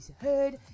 heard